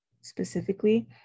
specifically